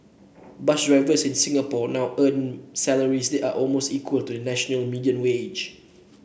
bus drivers in Singapore now earn salaries that are almost equal to the national median wage